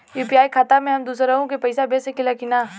UPI खाता से हम दुसरहु के पैसा भेज सकीला की ना?